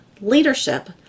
leadership